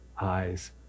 eyes